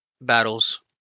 battles